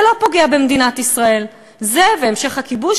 זה לא פוגע במדינת ישראל, זה והמשך הכיבוש,